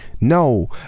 No